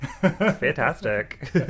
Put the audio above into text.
fantastic